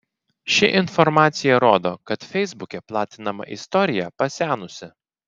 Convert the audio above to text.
ši informacija rodo kad feisbuke platinama istorija pasenusi